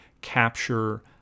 capture